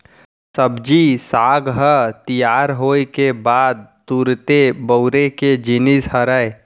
सब्जी साग ह तियार होए के बाद तुरते बउरे के जिनिस हरय